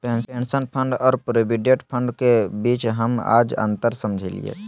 pension fund और provident fund के बीच हम आज अंतर समझलियै